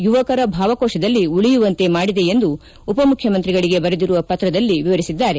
ಯುವಕರ ಭಾವಕೋಶದಲ್ಲಿ ಉಳಿಯುವಂತೆ ಮಾಡಿದೆ ಎಂದು ಉಪಮುಖ್ಯಮಂತ್ರಿಗಳಿಗೆ ಬರೆದಿರುವ ಪತ್ರದಲ್ಲಿ ವಿವರಿಸಿದ್ದಾರೆ